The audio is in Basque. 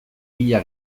bila